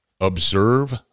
observe